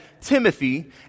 Timothy